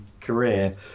career